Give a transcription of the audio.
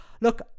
look